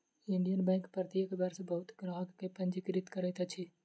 Indian bank प्रत्येक वर्ष बहुत ग्राहक के पंजीकृत करैत अछि